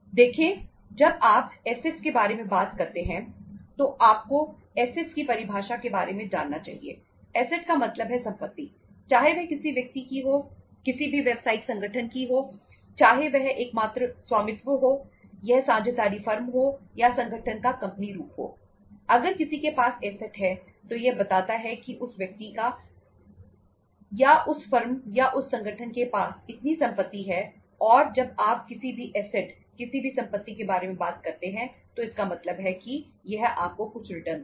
देखें जब आप असेट्स किसी भी संपत्ति के बारे में बात करते हैं तो इसका मतलब है कि यह आपको कुछ रिटर्न देगा